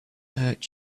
hurt